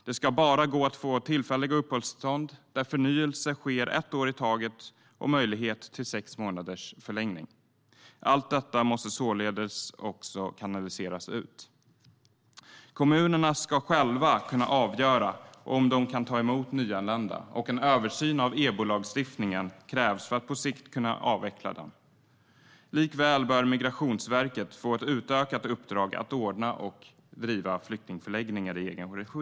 Det ska bara gå att få tillfälliga uppehållstillstånd där förnyelse sker ett år i taget med möjlighet till sex månaders förlängning. Allt detta måste således också kommuniceras ut. Kommunerna ska själva kunna avgöra om de kan ta emot nyanlända. En översyn av EBO-lagstiftningen krävs för att på sikt kunna avveckla den. Likväl bör Migrationsverket få ett utökat uppdrag att ordna och driva flyktingförläggningar i egen regi.